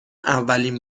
اولین